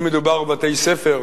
אם מדובר בבתי-ספר,